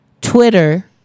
Twitter